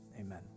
Amen